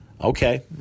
Okay